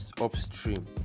upstream